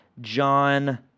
John